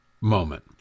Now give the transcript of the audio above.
moment